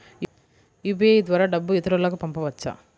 UPI ద్వారా డబ్బు ఇతరులకు పంపవచ్చ?